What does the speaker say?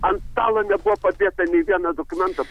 ant stalo nebuvo padėta nei vieno dokumento